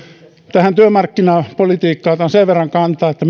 tähän työmarkkinapolitiikkaan otan sen verran kantaa että